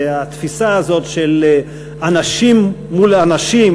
והתפיסה של אנשים מול אנשים,